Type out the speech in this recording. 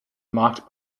marked